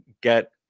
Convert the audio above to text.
get